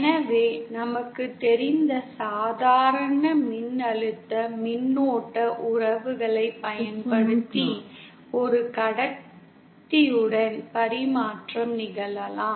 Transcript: எனவே நமக்குத் தெரிந்த சாதாரண மின்னழுத்த மின்னோட்ட உறவுகளைப் பயன்படுத்தி ஒரு கடத்தியுடன் பரிமாற்றம் நிகழலாம்